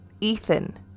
Ethan